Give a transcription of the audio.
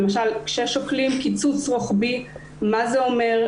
למשל כששוקלים קיצוץ רוחבי מה זה אומר,